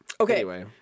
Okay